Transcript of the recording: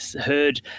heard